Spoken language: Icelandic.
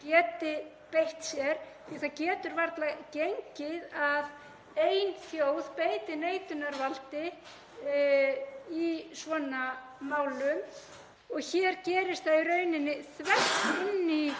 geti beitt sér, því að það getur varla gengið að ein þjóð beiti neitunarvaldi í svona málum og hér gerist það í rauninni þvert ofan í